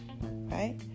Right